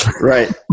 Right